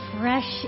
Fresh